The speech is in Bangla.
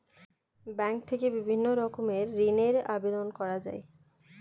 ব্যাঙ্ক থেকে বিভিন্ন রকমের ঋণের আবেদন করা যায়